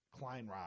Kleinrock